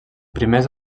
primers